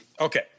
Okay